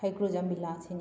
ꯍꯩꯀ꯭ꯔꯨꯖꯝ ꯕꯤꯂꯥꯁꯤꯅꯤ